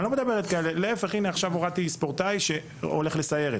הנה, עכשיו הורדתי ספורטאי שהולך לסיירת.